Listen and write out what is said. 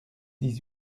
dix